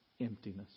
emptiness